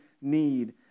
need